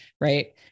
right